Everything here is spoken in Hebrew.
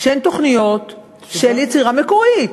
שהן תוכניות של יצירה מקורית,